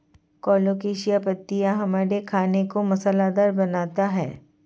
colocasia पत्तियां हमारे खाने को मसालेदार बनाता है